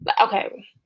Okay